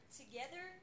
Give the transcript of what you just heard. together